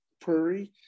prairie